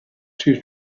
two